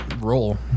Roll